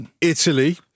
italy